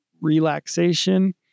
relaxation